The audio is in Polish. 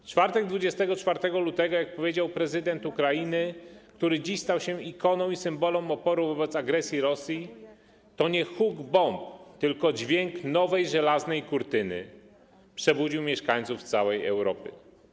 W czwartek 24 lutego, jak powiedział prezydent Ukrainy, który dziś stał się ikoną i symbolem oporu wobec agresji Rosji, to nie huk bomb, tylko dźwięk nowej, żelaznej kurtyny przebudził mieszkańców całej Europy.